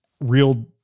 Real